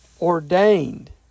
ordained